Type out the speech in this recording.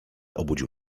obudził